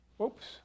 oops